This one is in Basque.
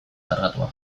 kargatua